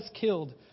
killed